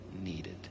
needed